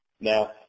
Now